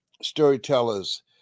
storytellers